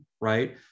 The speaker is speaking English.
right